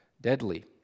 deadly